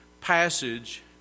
passage